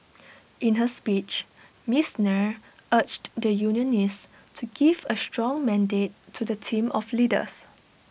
in her speech miss Nair urged the unionists to give A strong mandate to the team of leaders